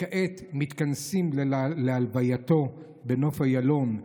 שכעת מתכנסים להלווייתו בנוף איילון.